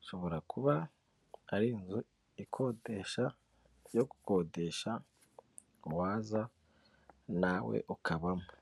ushobora kuba ari inzu ikodesha yo gukodesha uwaza nawe ukabamo.